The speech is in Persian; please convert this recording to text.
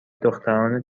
دختران